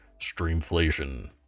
streamflation